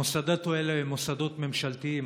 המוסדות האלה הם מוסדות ממשלתיים,